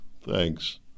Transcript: thanks